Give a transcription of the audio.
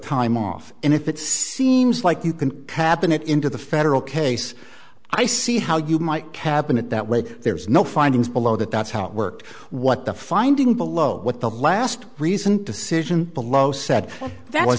time off and if it seems like you can happen it into the federal case i see how you might cabinet that way there's no findings below that that's how it worked what the finding below what the last recent decision below said that was